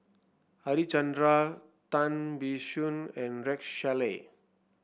Harichandra Tan Biyun and Rex Shelley